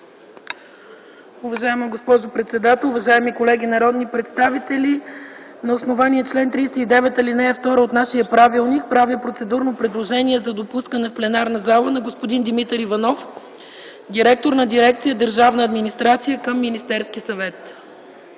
Уважаема госпожо председател, уважаеми колеги народни представители! На основание чл. 39, ал. 2 от нашия правилник правя процедурно предложение за допускане в пленарната зала на господин Димитър Иванов – директор на дирекция „Държавна администрация” към Министерския съвет.